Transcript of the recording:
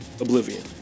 Oblivion